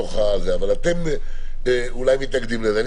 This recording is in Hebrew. אבל אתם אולי מתנגדים לזה.